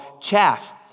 chaff